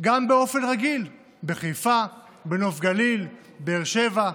גם באופן רגיל, בחיפה, בנוף גליל, באר שבע,